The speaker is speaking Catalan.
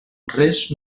res